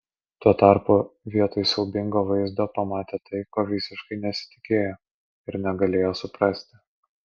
tuo tarpu vietoj siaubingo vaizdo pamatė tai ko visiškai nesitikėjo ir negalėjo suprasti